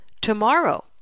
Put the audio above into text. tomorrow